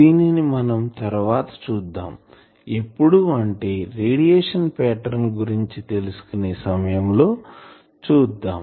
దీనిని మనం తరవాత చూద్దాం ఎప్పుడు అంటే రేడియేషన్ పాటర్న్ గురించి తెలుసుకునే సమయం లో చూద్దాం